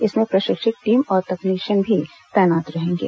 इसमें प्रशिक्षित टीम और तकनीशियन भी तैनात रहेंगे